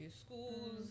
schools